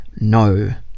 no